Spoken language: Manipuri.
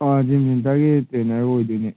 ꯑꯥ ꯖꯤꯝ ꯁꯦꯟꯇꯔꯒꯤ ꯇ꯭ꯔꯦꯅꯔ ꯑꯣꯏꯗꯣꯏꯅꯦ